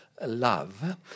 love